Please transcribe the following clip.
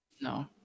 No